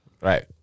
Right